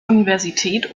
universität